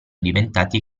diventati